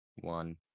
One